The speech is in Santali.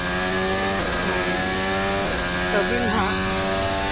ᱦᱮᱸ ᱟᱹᱵᱤᱱ ᱦᱟᱸᱜ